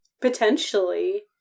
Potentially